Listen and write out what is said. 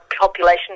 population